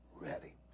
ready